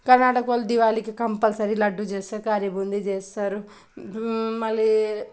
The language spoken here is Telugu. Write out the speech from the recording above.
కర్ణాటక వాళ్ళు దివాళికి కంపల్సరీ లడ్డు చేస్తారు కరి బూందీ చేస్తరు మళ్ళీ